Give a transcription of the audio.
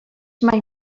mai